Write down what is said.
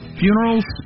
funerals